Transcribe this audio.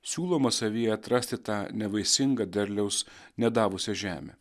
siūloma savyje atrasti tą nevaisingą derliaus nedavusią žemę